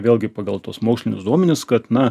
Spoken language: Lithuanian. vėlgi pagal tuos mokslinius duomenis kad na